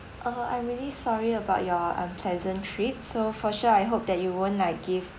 uh I'm really sorry about your unpleasant trip so for sure I hope that you won't like give